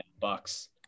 Bucks